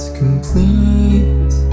complete